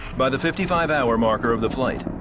by the fifty five hour marker of the flight,